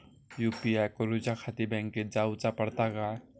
UPI करूच्याखाती बँकेत जाऊचा पडता काय?